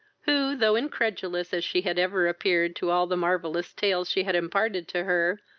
who, though incredulous as she had ever appeared to all the marvellous tales she had imparted to her,